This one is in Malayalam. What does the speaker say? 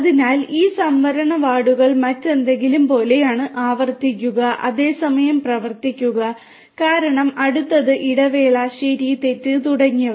അതിനാൽ ഈ സംവരണ വാർഡുകൾ മറ്റെന്തെങ്കിലും പോലെയാണ് ആവർത്തിക്കുക അതേസമയം പ്രവർത്തിക്കുക കാരണം അടുത്തത് ഇടവേള ശരി തെറ്റ് തുടങ്ങിയവ